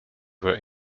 were